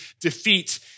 defeat